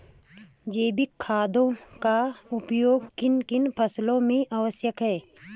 जैविक खादों का उपयोग किन किन फसलों में आवश्यक है?